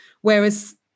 Whereas